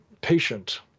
patient